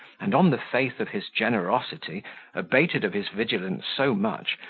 and on the faith of his generosity abated of his vigilance so much,